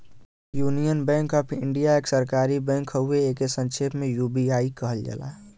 union Bank of India एक सरकारी bank हउवे एके संक्षेप में यू.बी.आई कहल जाला